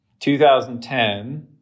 2010